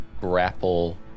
grapple